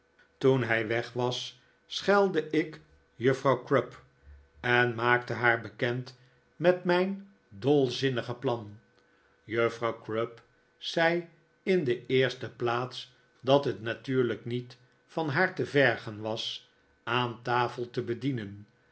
toen hij weg was schelde ik juffrouw crupp en maakte haar bekend met mijn dolzinnige plan juffrouw crupp zei in de eerste plaats dat het natuurlijk niet van haar te vergen was aan tafel te bedienen